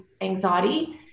anxiety